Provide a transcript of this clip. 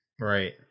Right